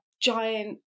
giant